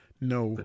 no